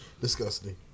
Disgusting